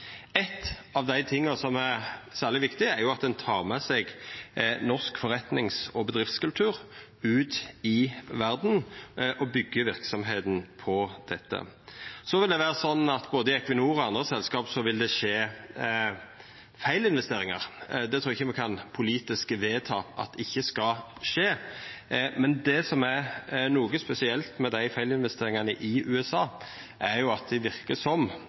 av dei tinga som er særleg viktig, er at ein tek med seg norsk forretnings- og bedriftskultur ut i verda og byggjer verksemda på dette. Så vil det vera sånn at både i Equinor og i andre selskap vil det skje feilinvesteringar. Det trur eg ikkje me kan politisk vedta at ikkje skal skje. Men det som er noko spesielt med dei feilinvesteringane i USA, er at det verkar som